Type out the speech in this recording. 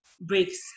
breaks